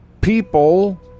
people